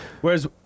Whereas